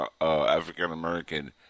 African-American